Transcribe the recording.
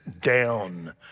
down